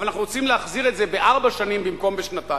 אבל אנחנו רוצים להחזיר את זה בארבע שנים במקום בשנתיים.